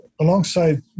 alongside